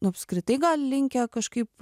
nu apskritai gal linkę kažkaip